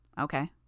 Okay